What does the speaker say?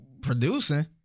producing